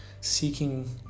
seeking